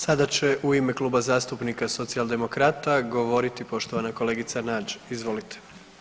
Sada će u ime Kluba zastupnika Socijaldemokrata govoriti poštovana kolegica Nađ, izvolite.